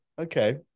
Okay